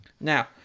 Now